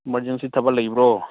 ꯅꯣꯡꯃꯥꯏꯖꯤꯡꯁꯤ ꯊꯕꯛ ꯂꯩꯕ꯭ꯔꯣ